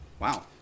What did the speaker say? Wow